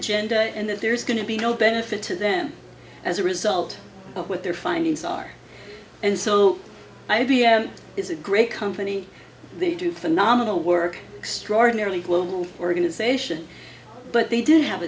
agenda and that there's going to be no benefit to them as a result of what their findings are and so i b m is a great company they do phenomenal work extraordinarily global organization but they didn't have